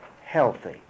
healthy